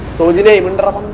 but of the day monday,